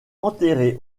enterré